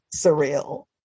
surreal